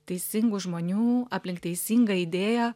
teisingų žmonių aplink teisingą idėją